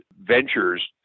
ventures